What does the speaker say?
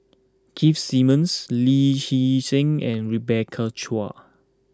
Keith Simmons Lee Hee Seng and Rebecca Chua